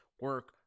Work